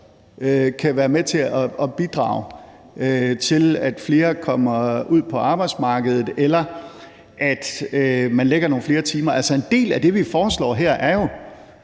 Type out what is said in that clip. kan være med til at bidrage til, at flere kommer ud på arbejdsmarkedet, eller at man lægger nogle flere timer, vil jeg sige, at en del af det, vi foreslår her, jo